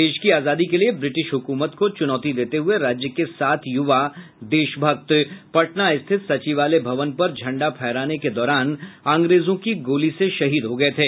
देश की आजादी के लिये ब्रिटिश हुकूमत को चुनौती देते हुये राज्य के सात युवा देशभक्त पटना स्थित सचिवालय भवन पर झंडा फहराने के दौरान अंग्रेजों की गोली से शहीद हो गये थे